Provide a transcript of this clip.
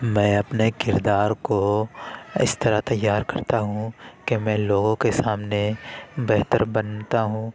میں اپنے کردار کو اِس طرح تیار کرتا ہوں کہ میں لوگوں کے سامنے بہتر بنتا ہوں